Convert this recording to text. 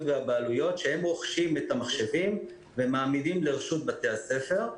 ולבעלויות והם רוכשים את המחשבים ומעמידים אותם לרשות בתי הספר.